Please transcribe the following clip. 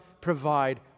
provide